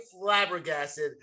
flabbergasted